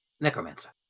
Necromancer